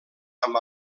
amb